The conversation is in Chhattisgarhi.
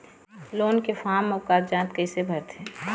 लोन के फार्म अऊ कागजात कइसे भरथें?